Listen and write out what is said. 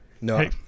no